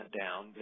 down